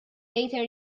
later